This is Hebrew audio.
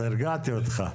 אז הרגעתי אותך.